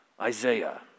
Isaiah